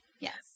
Yes